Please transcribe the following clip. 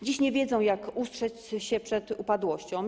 Dziś nie wiedzą, jak ustrzec się przed upadłością.